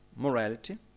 Morality